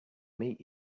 meet